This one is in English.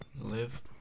Live